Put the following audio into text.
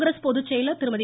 காங்கிரஸ் பொதுச் செயலர் திருமதி